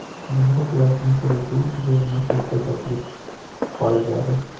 भारतवर्ष में करीब बीस गो नस्ल के बकरी पाल जा हइ